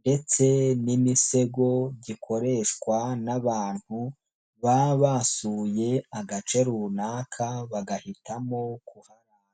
ndetse n'imisego, gikoreshwa n'abantu baba basuye agace runaka bagahitamo kuharara.